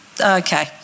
Okay